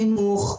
חינוך,